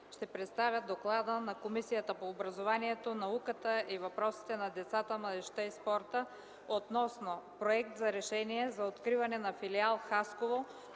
ще представя Доклада на Комисията по образованието, науката и въпросите на децата, младежта и спорта относно Проект за решение за откриване на Филиал – Хасково,